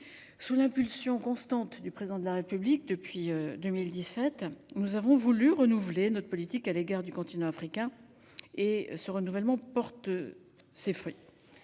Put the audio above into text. sous l’impulsion constante du Président de la République, nous avons voulu renouveler notre politique à l’égard du continent africain, et ce renouvellement porte ses fruits.